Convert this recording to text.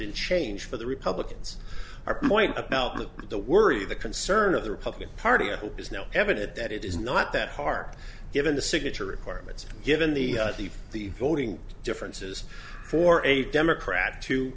in change for the republicans are point about with the worry the concern of the republican party who is now evident that it is not that hard given the signature requirements given the the voting differences for a democrat to